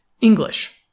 English